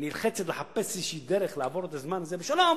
ונלחצת לחפש איזושהי דרך לעבור את הזמן הזה בשלום,